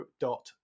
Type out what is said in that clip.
dot